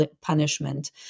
punishment